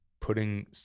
putting